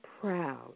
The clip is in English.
proud